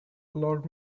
lord